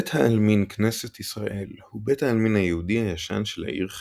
בית העלמין כנסת ישראל הוא בית העלמין היהודי הישן של העיר חיפה.